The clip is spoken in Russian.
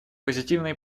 позитивные